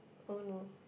oh no